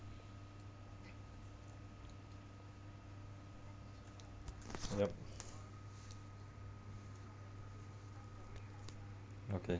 yup okay